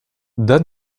dan